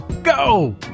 go